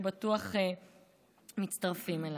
שבטוח מצטרפים אליי.